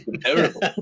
Terrible